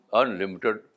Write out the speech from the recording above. unlimited